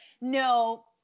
No